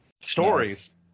Stories